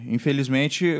Infelizmente